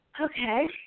Okay